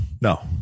no